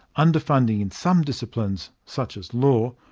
underfunding in some disciplines, such as law,